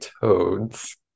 toads